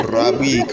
Rabi